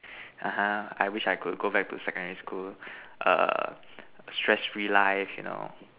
(uh huh) I wish I could go back to secondary school err stress free life you know